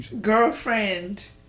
girlfriend